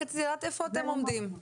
רק רציתי לדעת איפה אתם עומדים.